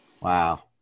Wow